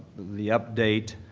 the update